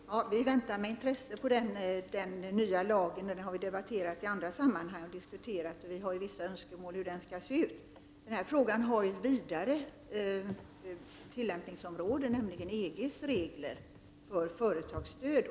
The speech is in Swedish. Herr talman! Vi väntar med intresse på den nya lagen. Den här saken har ju debatterats i andra sammanhang, och vi har vissa önskemål om hur det skall se ut. Men sedan har den här frågan ett vidare tillämpningsområde. Jag tänker då på EGs regler om företagsstöd.